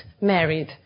married